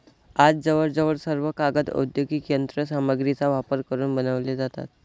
आज जवळजवळ सर्व कागद औद्योगिक यंत्र सामग्रीचा वापर करून बनवले जातात